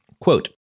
quote